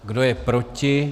Kdo je proti?